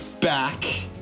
back